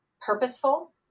purposeful